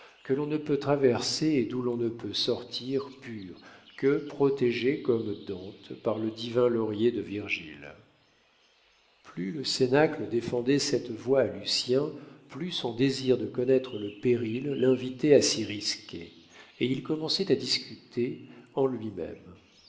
que l'on ne peut traverser et d'où l'on ne peut sortir pur que protégé comme dante par le divin laurier de virgile plus le cénacle défendait cette voie à lucien plus son désir de connaître le péril l'invitait à s'y risquer et il commençait à discuter en lui-même